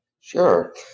Sure